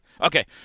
okay